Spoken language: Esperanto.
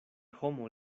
homo